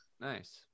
Nice